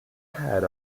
head